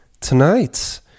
tonight